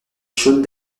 chaudes